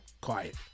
Quiet